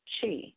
chi